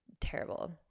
terrible